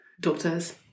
doctors